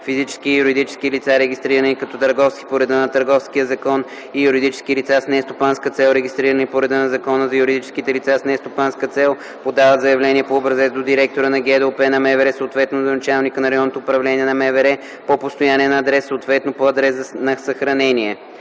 физически и юридически лица, регистрирани като търговци по реда на Търговския закон, и юридически лица с нестопанска цел, регистрирани по реда на Закона за юридическите лица с нестопанска цел, подават заявление по образец до директора на ГДОП на МВР, съответно до началника на РУ на МВР по постоянен адрес, съответно по адрес на съхранение.